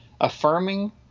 affirming